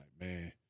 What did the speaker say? man